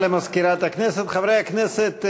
חברי הכנסת,